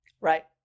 Right